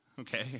okay